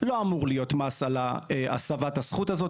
לא אמור להיות מס על הסבת הזכות הזאת.